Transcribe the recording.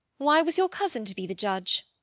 why was your cousin to be the judge?